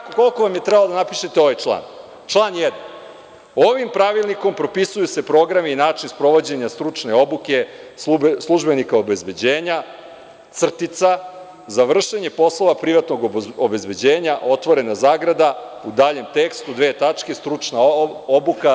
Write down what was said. Koliko vam je trebalo da napišete ovaj član, član 1: „Ovim pravilnikom propisuju se program i način sprovođenja stručne obuke službenika obezbeđenja – za vršenje poslova privatnog obezbeđenja (u daljem tekstu: stručna obuka)